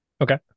Okay